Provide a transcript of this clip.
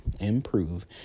improve